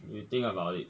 if you think about it